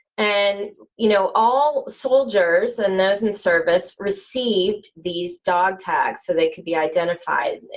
and you know all soldiers, and those in service, received these dog tags so they could be identified.